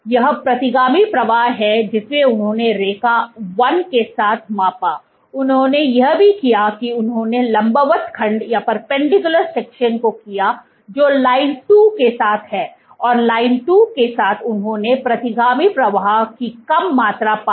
यह प्रतिगामी प्रवाह है जिसे उन्होंने रेखा 1 के साथ मापा उन्होंने यह भी किया की उन्होंने लंबवत खंड को किया जो लाइन 2 के साथ है और लाइन 2 के साथ उन्होंने प्रतिगामी प्रवाह की कम मात्रा पाई